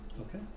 Okay